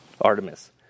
Artemis